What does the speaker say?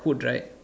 food right